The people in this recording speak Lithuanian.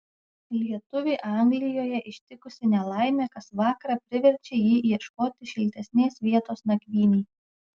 lietuvį anglijoje ištikusi nelaimė kas vakarą priverčia jį ieškoti šiltesnės vietos nakvynei